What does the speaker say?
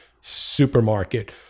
supermarket